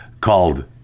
called